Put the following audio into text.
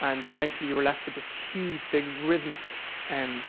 and eventually you were left with this huge, big, rhythmic and